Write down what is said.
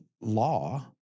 law